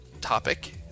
topic